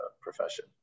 profession